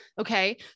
Okay